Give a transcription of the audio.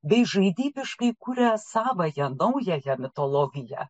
bei žaidybiškai kuria savąją naują mitologiją